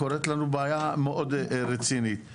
קורית לנו בעיה מאוד רצינית.